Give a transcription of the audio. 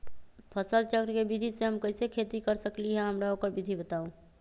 फसल चक्र के विधि से हम कैसे खेती कर सकलि ह हमरा ओकर विधि बताउ?